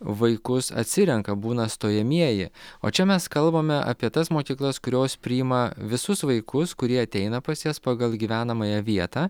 vaikus atsirenka būna stojamieji o čia mes kalbame apie tas mokyklas kurios priima visus vaikus kurie ateina pas jas pagal gyvenamąją vietą